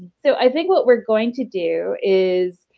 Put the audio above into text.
so i think what we're going to do is,